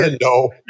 no